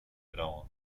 drawn